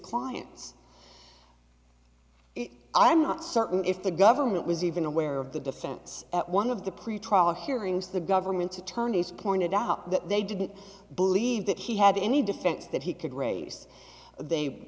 clients i'm not certain if the government was even aware of the defense at one of the pretrial hearings the government to tony's pointed out that they didn't believe that he had any defense that he could raise they